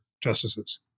justices